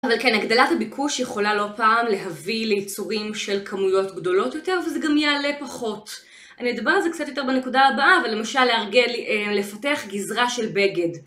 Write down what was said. אבל כן, הגדלת הביקוש יכולה לא פעם להביא ליצורים של כמויות גדולות יותר, וזה גם יעלה פחות. אני אדבר על זה קצת יותר בנקודה הבאה, אבל למשל, להפתח גזרה של בגד.